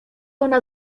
ona